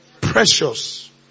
precious